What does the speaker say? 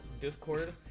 discord